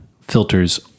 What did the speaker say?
filters